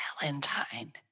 valentine